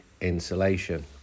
insulation